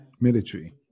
military